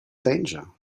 danger